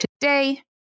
today